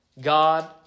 God